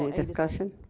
ah discussion?